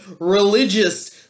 religious